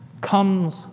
comes